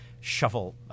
shuffle